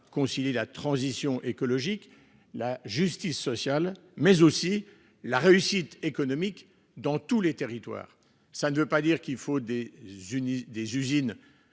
concilier la transition écologique, la justice sociale mais aussi la réussite économique dans tous les territoires. Ça ne veut pas dire qu'il faut des unités